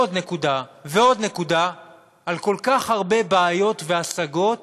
ועוד נקודה ועוד נקודה על כל כך הרבה בעיות והשגות